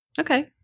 Okay